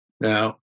Now